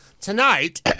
tonight